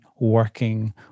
working